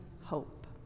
hope